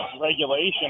regulation